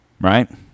Right